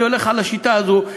אני הולך על השיטה הזאת,